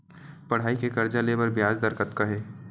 पढ़ई के कर्जा ले बर ब्याज दर कतका हे?